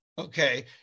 Okay